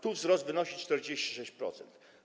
Tu wzrost wynosi 46%.